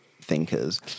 thinkers